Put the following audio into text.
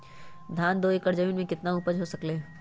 धान दो एकर जमीन में कितना उपज हो सकलेय ह?